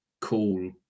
cool